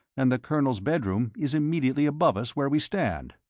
and the colonel's bedroom is immediately above us where we stand.